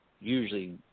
usually